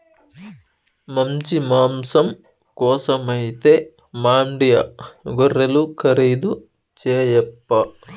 మంచి మాంసం కోసమైతే మాండ్యా గొర్రెలు ఖరీదు చేయప్పా